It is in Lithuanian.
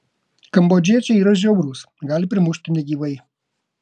kambodžiečiai yra žiaurūs gali primušti negyvai